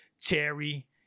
Terry